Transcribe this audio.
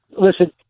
listen